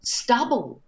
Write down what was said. stubble